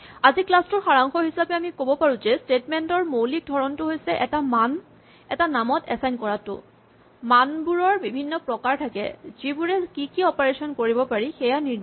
আজিৰ ক্লাচ টোৰ সাৰাংশ হিচাপে আমি ক'ব পাৰো যে স্টেটমেন্ট ৰ মৌলিক ধৰণটো হৈছে এটা মান এটা নামত এচাইন কৰাটো মানবোৰৰ বিভিন্ন প্ৰকাৰ থাকে যিবোৰে কি কি অপাৰেচন কৰিব পাৰি সেয়া নিৰ্ণয় কৰে